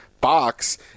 box